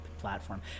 platform